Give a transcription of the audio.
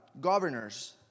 governors